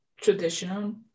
traditional